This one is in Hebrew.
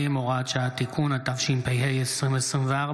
140, הוראת שעה)(תיקון), התשפ"ה 2024,